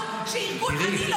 אני לא.